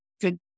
good